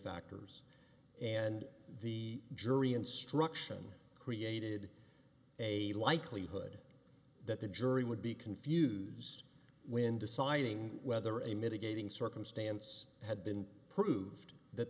factors and the jury instruction created a likelihood that the jury would be confused when deciding whether a mitigating circumstance had been proved that